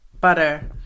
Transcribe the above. butter